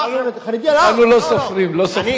אותנו לא סופרים, לא סופרים.